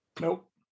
Nope